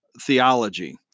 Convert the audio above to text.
theology